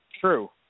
True